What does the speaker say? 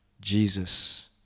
Jesus